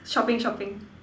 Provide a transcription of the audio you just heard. shopping shopping